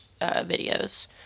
videos